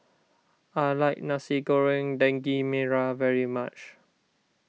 I like Nasi Goreng Daging Merah very much